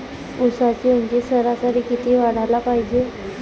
ऊसाची ऊंची सरासरी किती वाढाले पायजे?